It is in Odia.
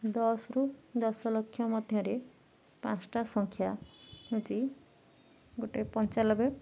ଦଶରୁୁ ଦଶଲକ୍ଷ ମଧ୍ୟରେ ପାଞ୍ଚଟା ସଂଖ୍ୟା ହେଉଛି ଗୋଟେ ପଞ୍ଚାନବେ